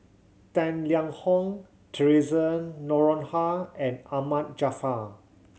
Tang Liang Hong Theresa Noronha and Ahmad Jaafar